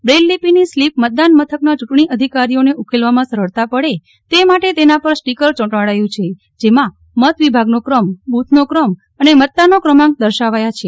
Braille લિપિની slip મતદાન મથકના ચૂંટણી અધિકારીઓને ઉકેલવામાં સરળતા પડે તે માટે તેના પર સ્ટીકર ચોંટાડાયું છે જેમાં મત વિભાગનો ક્રમ બૂથનો ક્રમ અને મતદારનો ક્રમાંક દર્શાવાયા છે